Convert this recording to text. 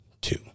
two